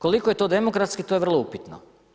Koliko je to demokratski, to je vrlo upitno.